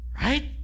Right